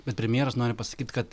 bet premjeras nori pasakyt kad